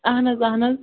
اَہَن حظ اَہَن حظ